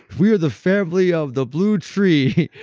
we are the family of the blue tree,